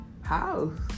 House